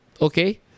Okay